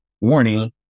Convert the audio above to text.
warning